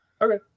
Okay